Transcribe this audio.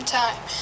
time